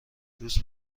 دوست